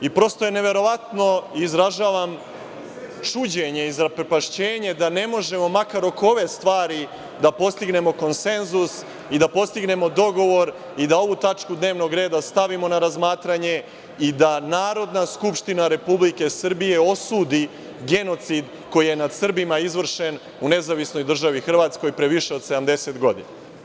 Prosto je neverovatno i izražavam čuđenje i zaprepašćenje da ne možemo makar oko ove stvari da postignemo konsenzus i da postignemo dogovor i da ovu tačku dnevnog reda stavimo na razmatranje i da Narodna skupština Republike Srbije osudi genocid koji je nad Srbima izvršen u Nezavisnoj državi Hrvatskoj pre više od 70 godina.